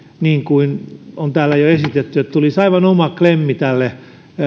niin kuin on täällä jo esitetty että tämän ministeriöstä jaettavan rahan sisälle tulisi aivan oma klemmi